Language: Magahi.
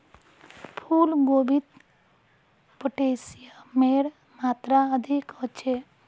फूल गोभीत पोटेशियमेर मात्रा अधिक ह छे